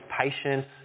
patience